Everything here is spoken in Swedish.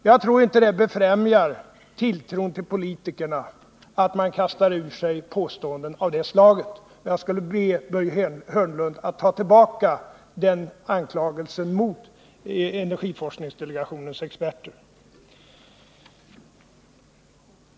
Jag tror inte att det befrämjar tilltron till politikerna att man kastar ut påståenden av det slaget. Jag skulle vilja be Börje Hörnlund ta tillbaka den anklagelsen mot energiforskningsdelegationens experter.